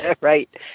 Right